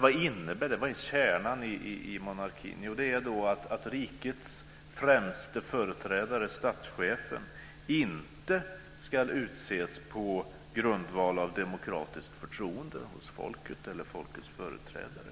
Vad innebär detta - vad är kärnan i monarkin? Jo, det innebär att rikets främste företrädare, statschefen, inte ska utses på grundval av demokratiskt förtroende hos folket eller folkets företrädare